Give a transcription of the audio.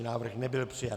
Návrh nebyl přijat.